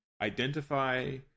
identify